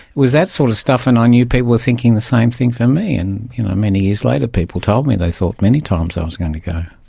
was that sort of stuff, and i knew people were thinking the same thing for me. and many years later people told me they thought many times i was going to go.